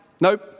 nope